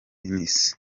isi